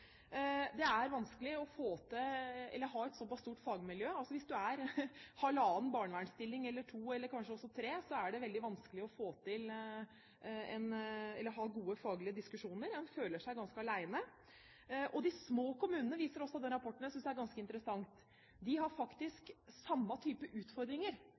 Det er vanskelig å få til et stort nok fagmiljø, med halvannen barnevernsstilling eller to eller kanskje også tre er det veldig vanskelig å ha gode faglige diskusjoner, en føler seg ganske alene. Og denne rapporten viser også at de små kommunene – det synes jeg er ganske interessant – faktisk har de samme typer utfordringer